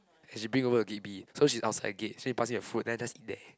and she bring over to gate B so she's outside the gate so she pass me the food then I just eat there